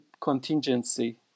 contingency